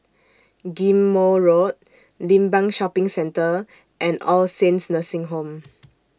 Ghim Moh Road Limbang Shopping Centre and All Saints Nursing Home